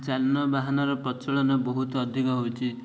ଯାନବାହନର ପ୍ରଚଳନ ବହୁତ ଅଧିକ ହେଉଛି